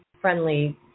friendly